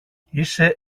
είσαι